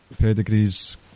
pedigrees